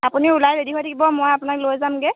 আপুনি ওলাই ৰেডি হৈ থাকিব মই আপোনাক লৈ যামগৈ